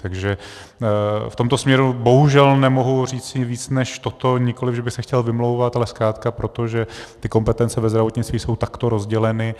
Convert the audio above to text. V tomto směru bohužel nemohu říci víc než toto, nikoliv že bych se chtěl vymlouvat, ale zkrátka proto, že ty kompetence ve zdravotnictví jsou takto rozděleny.